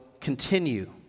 continue